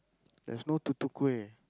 there's no tutu-kueh